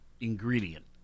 ingredient